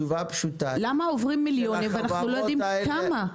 למה עוברים מיליונים ואנחנו לא יודעים כמה?